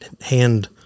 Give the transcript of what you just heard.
hand